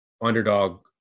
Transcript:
underdog